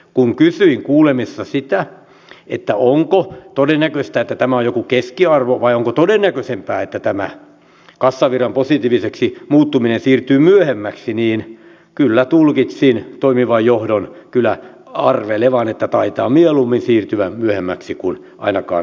kun kysyin kuulemisissa sitä onko todennäköistä että tämä on joku keskiarvo vai onko todennäköisempää että tämä kassavirran positiiviseksi muuttuminen siirtyy myöhemmäksi niin kyllä tulkitsin toimivan johdon arvelevan että taitaa mieluummin siirtyä myöhemmäksi kuin ainakaan aikaisemmaksi